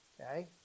okay